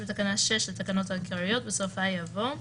בתקנה 6 לתקנות העיקריות בסופה יבוא,